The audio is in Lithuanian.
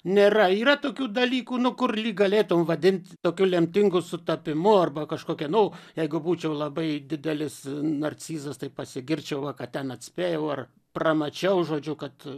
nėra yra tokių dalykų nu kur lyg galėtum vadint tokiu lemtingu sutapimu arba kažkokia nu jeigu būčiau labai didelis narcizas tai pasigirčiau va ką ten atspėjau ar pramačiau žodžiu kad